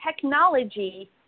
technology